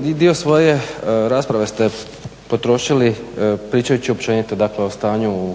dio svoje rasprave ste potrošili pričajući općenito, dakle o stanju u